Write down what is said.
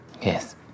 Yes